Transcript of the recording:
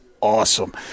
Awesome